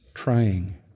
Trying